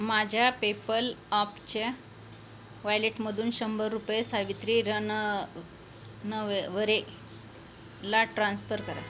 माझ्या पेपल अपच्या वॅलेटमधून शंभर रुपये सावित्री रणनवरेला ट्रान्स्फर करा